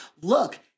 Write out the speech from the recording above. look